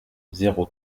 zéro